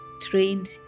trained